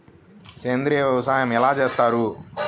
సేంద్రీయ వ్యవసాయం ఎలా చేస్తారు?